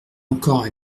encore